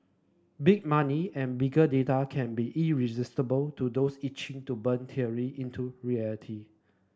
big money and bigger data can be irresistible to those itching to turn theory into reality